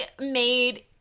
made